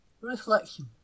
Reflection